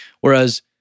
Whereas